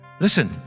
Listen